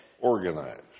organized